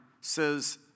says